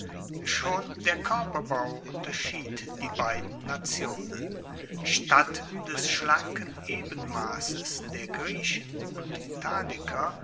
schon der koerperbau unterschied die beiden nationen statt des schlanken ebenmasses der griechen und italiker